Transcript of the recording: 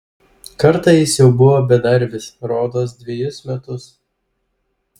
kartą jis jau buvo bedarbis rodos dvejus metus